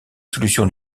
solutions